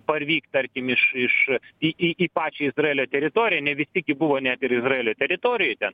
parvykt tarkim iš iš į į į pačią izraelio teritoriją ne visi gi buvo net ir izraelio teritorijoj ten